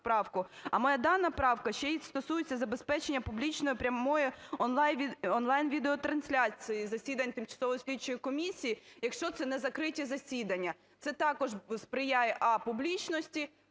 А моя дана правка ще й стосується забезпечення публічної прямої онлайн відеотрансляції засідань тимчасової слідчої комісії, якщо це не закриті засідання. Це також сприяє: а) публічності,